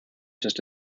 just